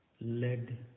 led